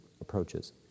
approaches